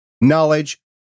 knowledge